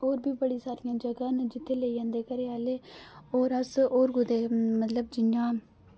होर बी बड़ी सारियां जगह् न जित्थै लेई जंदे घरे आह्ले और अस होर कुतै मतलब जि'यां